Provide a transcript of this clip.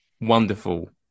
wonderful